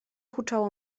huczało